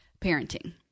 parenting